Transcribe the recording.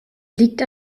liegt